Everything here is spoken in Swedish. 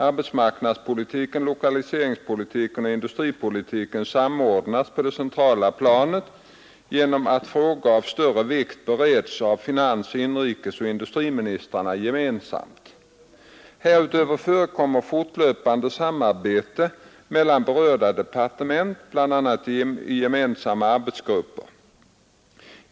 Arbetsmarknadspolitiken, lokaliseringspolitiken och industripolitiken samordnas på det centrala planet genom att frågor av större vikt bereds av finans-, inrikesoch industriministrarna gemensamt. Härutöver förekommer fortlöpande samarbete mellan berörda departement, bl.a. i gemensamma arbetsgrupper.